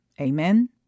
amen